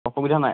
অসুবিধা নাই